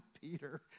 Peter